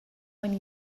when